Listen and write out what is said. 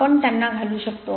आपण त्यांना घालू शकतो